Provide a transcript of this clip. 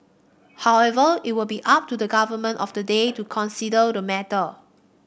however it will be up to the government of the day to consider the matter